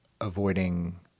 avoiding